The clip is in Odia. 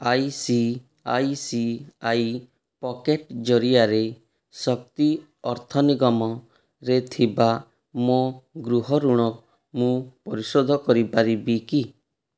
I C I C I pocket ଜରିଆରେ ଶକ୍ତି ଅର୍ଥ ନିଗମରେ ଥିବା ମୋ ଗୃହ ଋଣ ମୁଁ ପରିଶୋଧ କରିପାରିବି କି